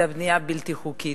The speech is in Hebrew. וזו הבנייה הבלתי-חוקית.